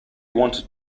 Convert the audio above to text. wanted